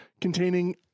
containing